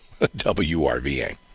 WRVA